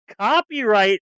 copyright